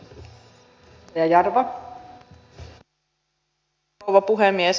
arvoisa rouva puhemies